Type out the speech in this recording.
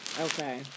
Okay